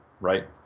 right